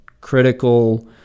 critical